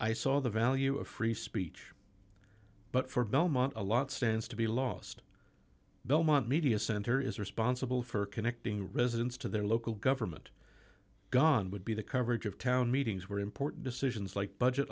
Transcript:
i saw the value of free speech but for belmont a lot stands to be lost belmont media center is responsible for connecting residents to their local government gone would be the coverage of town meetings were important decisions like budget